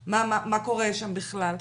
מה קורה שם בכלל.